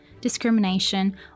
discrimination